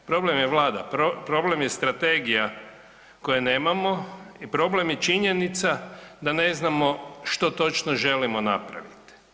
Ne, problem je Vlada, problem je strategija koje nemamo i problem je činjenica da ne znamo što točno želimo napraviti.